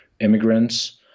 immigrants